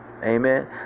Amen